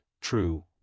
true